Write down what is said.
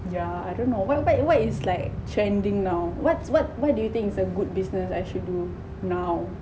yeah I don't know what what what is like trending now what's what do you think a good business actually now